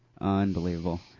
Unbelievable